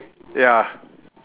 ya